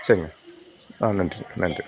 சரிங்க ஆ நன்றிங்க நன்றி